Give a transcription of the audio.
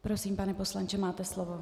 Prosím, pane poslanče, máte slovo.